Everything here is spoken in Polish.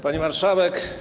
Pani Marszałek!